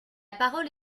parole